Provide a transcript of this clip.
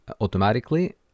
automatically